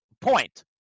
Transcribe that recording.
point